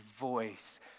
voice